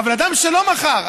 אבל אדם שלא מכר,